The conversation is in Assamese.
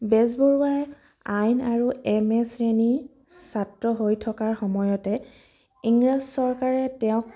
বেজবৰুৱাই আইন আৰু এম এ শ্ৰেণীৰ ছাত্ৰ হৈ থকাৰ সময়তে ইংৰাজ চৰকাৰে তেওঁক